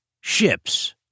ships